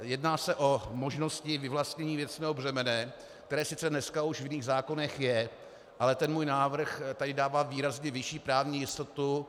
Jedná se o možnosti vyvlastnění věcného břemene, které sice dneska už v jiných zákonech je, ale ten můj návrh tady dává výrazně vyšší právní jistotu.